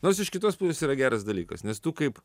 nors iš kitos pusės yra geras dalykas nes tu kaip